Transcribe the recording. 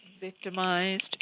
victimized